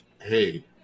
hey